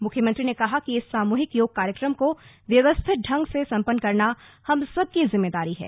मुख्यमंत्री ने कहा कि इस सामुहिक योग कार्यक्रम को व्यवस्थित ढंग से सम्पन्न करना हम सबकी ज़िम्मेदारी है